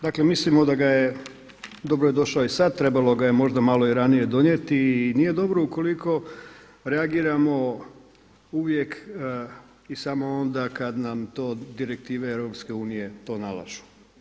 Dakle mislimo da ga je dobro je došao i sada, trebalo ga je možda malo i ranije donijeti i nije dobro ukoliko reagiramo uvijek i samo onda kada nam to direktive EU to nalažu.